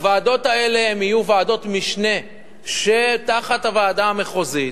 הוועדות האלה יהיו ועדות משנה שתחת הוועדה המחוזית,